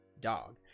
dog